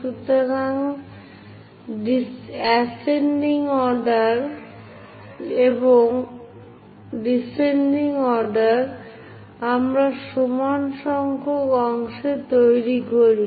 সুতরাং আরোহী ক্রম এবং অবতরণ ক্রমে আমরা সমান সংখ্যক অংশ তৈরি করি